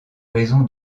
raison